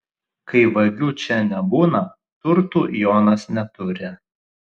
kai vagių čia nebūna turtų jonas neturi